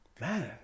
man